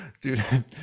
Dude